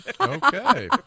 okay